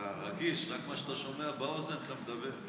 אתה רגיש, רק על מה שאתה שומע באוזן אתה מדבר.